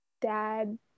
dad